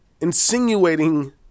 insinuating